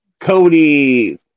Cody